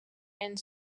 and